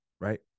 right